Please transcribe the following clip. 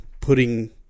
putting